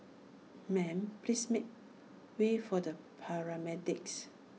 ma'am please make way for the paramedics